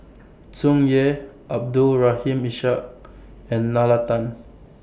Tsung Yeh Abdul Rahim Ishak and Nalla Tan